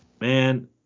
Man